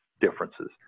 differences